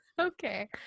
Okay